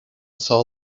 saw